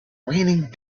raining